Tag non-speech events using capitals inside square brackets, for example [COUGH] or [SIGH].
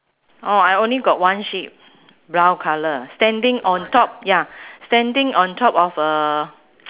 oh I only got one sheep brown colour standing on top ya standing on top of a [NOISE]